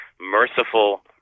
merciful